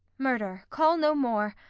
murder, call no more,